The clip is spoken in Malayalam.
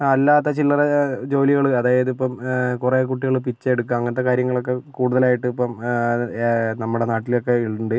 അല്ലാത്ത ചില്ലറ ജോലികൾ അതായതിപ്പോൾ കുറെ കുട്ടികൾ പിച്ചയെടുക്കുക അങ്ങനത്തെ കാര്യങ്ങളൊക്കെ കൂടുതലായിട്ട് ഇപ്പം നമ്മുടെ നാട്ടിലൊക്കെ ഉണ്ട്